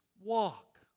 walk